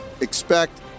expect